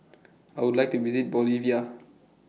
I Would like to visit Bolivia